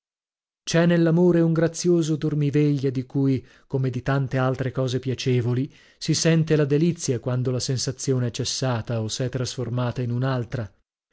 c'è nell'amore un grazioso dormiveglia di cui come di tante altre cose piacevoli si sente la delizia quando la sensazione è cessata o s'è trasformata in un'altra